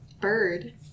bird